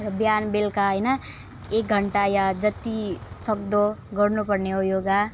र बिहान बेलुका होइन एक घन्टा या जतिसक्दो गर्नुपर्ने हो योगा